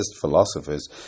philosophers